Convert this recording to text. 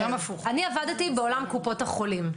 אני עבדתי בעולם קופות החולים.